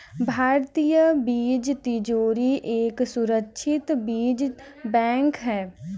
भारतीय बीज तिजोरी एक सुरक्षित बीज बैंक है